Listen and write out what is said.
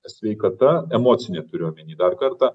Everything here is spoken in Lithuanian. sveikata emocinė turiu omeny dar kartą